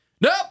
Nope